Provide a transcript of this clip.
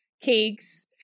cakes